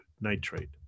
nitrate